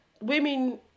women